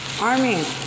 army